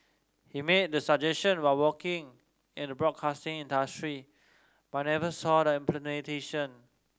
he made the suggestion while working in the broadcasting industry but never saw the implementation